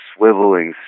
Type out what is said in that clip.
swiveling